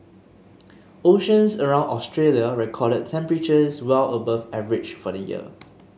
oceans around Australia recorded temperatures well above average for the year